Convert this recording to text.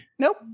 Nope